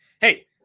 Hey